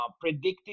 predictive